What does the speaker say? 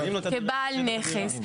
כבעל נכס.